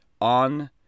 on